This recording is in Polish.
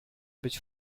być